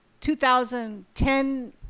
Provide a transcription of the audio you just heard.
2010